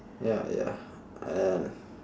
ya ya and